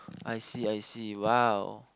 I see I see !wow!